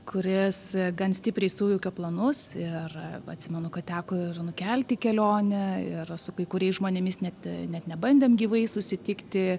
kuris gan stipriai sujaukė planus ir atsimenu kad teko nukelti kelionę ir su kai kuriais žmonėmis net net nebandėm gyvai susitikti